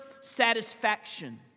satisfaction